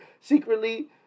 secretly